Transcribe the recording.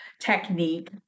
technique